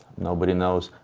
nobody knows.